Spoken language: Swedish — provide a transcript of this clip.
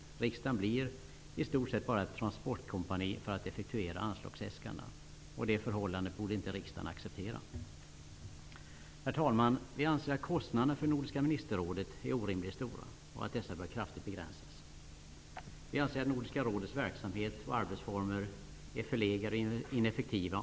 Riksdagen blir i stort sett bara ett transportkompani för att effektuera anslagsäskandena. Det förhållandet borde inte riksdagen acceptera. Herr talman! Vi anser att kostnaderna för Nordiska ministerrådet är orimligt stora och att de kraftigt bör begränsas. Vi anser att Nordiska rådets verksamhet och arbetsformer är förlegade och ineffektiva.